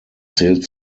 zählt